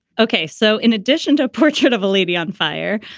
ok. so in addition to a portrait of a lady on fire,